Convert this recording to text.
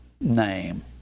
name